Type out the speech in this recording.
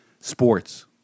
sports